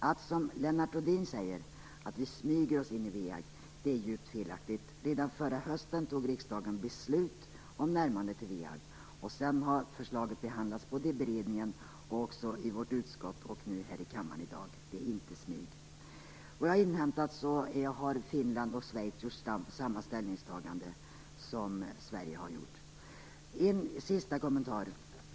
Att som Lennart Rohdin säga att vi smyger oss in i WEAG är djupt felaktigt. Redan förra hösten fattade riksdagen beslut om ett närmande till WEAG. Förslaget har sedan behandlats både i beredningen, i vårt utskott och nu här i kammaren i dag. Det är inte att smyga. Efter vad jag har inhämtat har Finland och Schweiz gjort samma ställningstagande som Sverige. Jag har en sista kommentar.